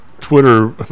Twitter